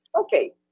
okay